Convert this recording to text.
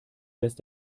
lässt